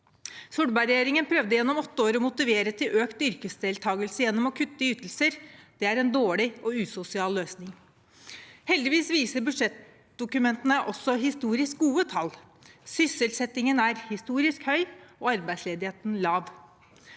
Solberg-regjeringen prøvde gjennom åtte år å motivere til økt yrkesdeltakelse gjennom å kutte i ytelser. Det er en dårlig og usosial løsning. Heldigvis viser budsjettdokumentene også historisk gode tall. Sysselsettingen er historisk høy og arbeidsledigheten lav.